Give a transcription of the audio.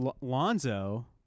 Lonzo